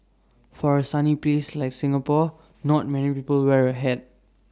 for A sunny place like Singapore not many people wear A hat